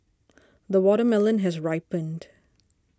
the watermelon has ripened